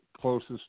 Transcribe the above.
closest